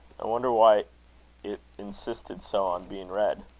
i wonder why it insisted so on being read.